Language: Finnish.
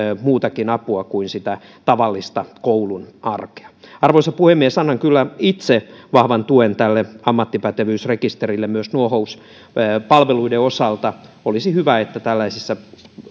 muutakin apua kuin sitä tavallista koulun arkea arvoisa puhemies annan kyllä itse vahvan tuen tälle ammattipätevyysrekisterille myös nuohouspalveluiden osalta olisi hyvä että tällaisissa